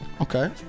Okay